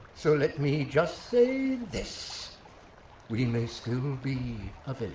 so let me just say this we may still be a village,